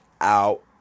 Out